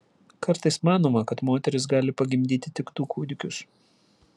kartais manoma kad moteris gali pagimdyti tik du kūdikius